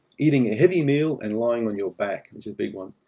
eating a heavy meal and lying on your back and is a big one.